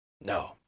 No